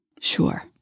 Sure